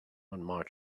mar